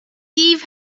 eve